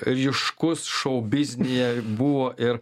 ryškus šou biznyje buvo ir